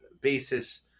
basis